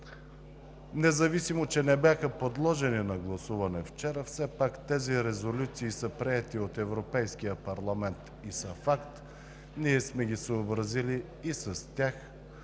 Независимо че вчера те не бяха подложени на гласуване, все пак тези резолюции са приети от Европейския парламент и са факт. Ние сме се съобразили и с тях